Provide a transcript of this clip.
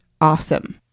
awesome